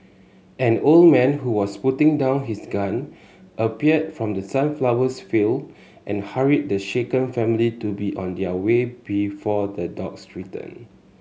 an old man who was putting down his gun appeared from the sunflowers field and hurried the shaken family to be on their way before the dogs return